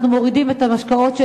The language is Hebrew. אנחנו מורידים למשקאות,